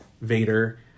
Vader